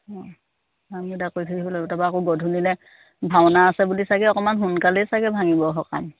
অঁ আমি কৰি থৈ আহিব লাগিব তাৰপৰা আকৌ গধূলিলৈ ভাওনা আছে বুলি চাগৈ অকণমান সোনকালেই চাগৈ ভাগিব সকাম